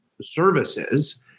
services